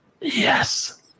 Yes